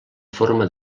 forma